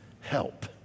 help